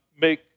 make